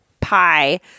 pie –